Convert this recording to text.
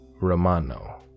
Romano